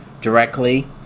directly